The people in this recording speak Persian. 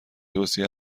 توصیه